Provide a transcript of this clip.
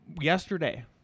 yesterday